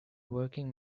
working